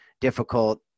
difficult